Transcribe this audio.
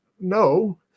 no